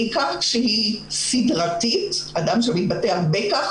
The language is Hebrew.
בעיקר כשהיא סדרתית, אדם שמתבטא כך הרבה.